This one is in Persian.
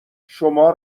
شما